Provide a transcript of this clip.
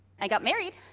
i got married,